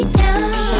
down